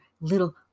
little